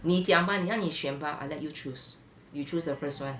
你讲嘛你要你选吧 I let you choose you choose the first one